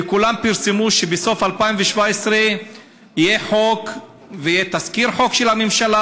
וכולם פרסמו שבסוף 2017 יהיה חוק ויהיה תזכיר חוק של הממשלה,